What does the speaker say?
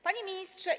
Panie Ministrze!